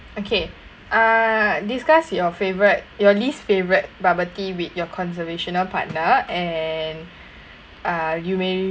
okay uh discuss your favourite your least favourite bubble tea with your conversational partner and uh you may